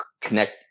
connect